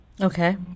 Okay